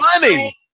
money